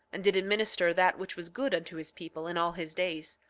and did administer that which was good unto his people in all his days.